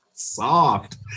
soft